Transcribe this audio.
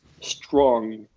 strong